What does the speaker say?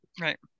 Right